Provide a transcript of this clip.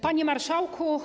Panie Marszałku!